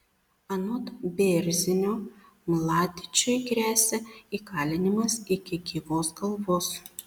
anot bėrzinio mladičiui gresia įkalinimas iki gyvos galvos